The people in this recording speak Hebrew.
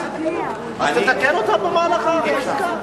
אז תתקן אותה במהלך החקיקה.